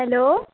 hello